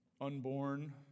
unborn